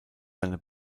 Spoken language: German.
seine